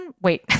Wait